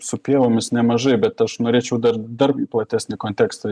su pievomis nemažai bet aš norėčiau dar dar platesnį kontekstą